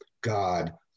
God